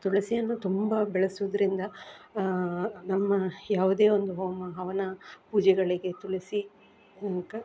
ತುಳಸಿಯನ್ನು ತುಂಬ ಬೆಳೆಸುವುದ್ರಿಂದ ನಮ್ಮ ಯಾವುದೇ ಒಂದು ಹೋಮ ಹವನ ಪೂಜೆಗಳಿಗೆ ತುಳಸಿ ಕ